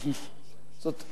זאת אומרת,